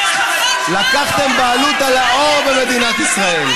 אתם לקחתם בעלות על האור במדינת ישראל.